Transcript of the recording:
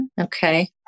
Okay